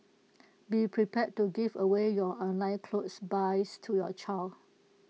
be prepared to give away your online clothes buys to your child